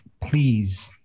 please